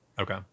Okay